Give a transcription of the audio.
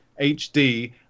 HD